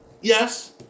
Yes